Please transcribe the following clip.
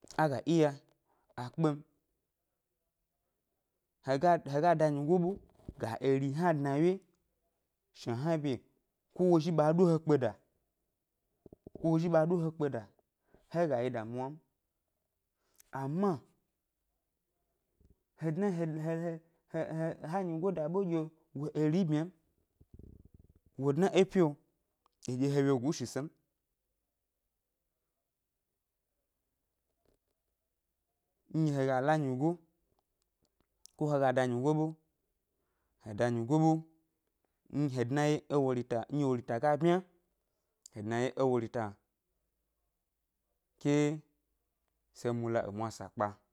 Á ga iya a kpe m, he ga he ga da nyigo ɓe, ga eri hna dna ʻwye shna hna bye, ko wo zhi ɓa ɗo he kpeda, ko wo zhi ɓa ɗo he kpeda, he ga yi damuwa m, ama he dna he he he he ee ha nyigo da ɓe ɗye wo eri byma m, wo dna é pyio eɗye he wyegu shi ʻse m. Nɗye he gâ la nyigo, ko he ga da nyigo ɓe, he da nyigo ɓe nɗye he dna ʻwye é wo rita, nɗye wo rita ga byma, hè dna ʻwye é wo rita, ke se mula è mwa ʻsa ʻkpa.